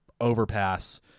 overpass